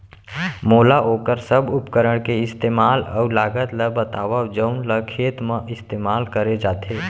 मोला वोकर सब उपकरण के इस्तेमाल अऊ लागत ल बतावव जउन ल खेत म इस्तेमाल करे जाथे?